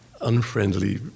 unfriendly